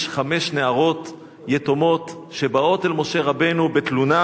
יש חמש נערות יתומות שבאות אל משה רבנו בתלונה: